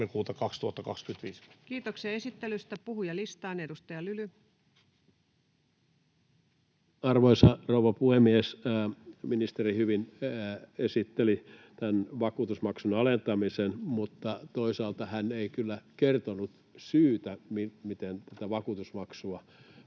Kiitoksia esittelystä. — Puhujalistaan. — Edustaja Lyly. Arvoisa rouva puhemies! Ministeri hyvin esitteli tämän vakuutusmaksun alentamisen, mutta toisaalta hän ei kyllä kertonut syytä, miten tätä vakuutusmaksua